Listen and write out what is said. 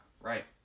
right